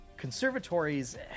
conservatories